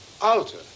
Alter